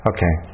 Okay